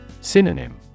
Synonym